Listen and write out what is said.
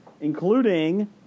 including